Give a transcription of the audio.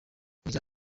oya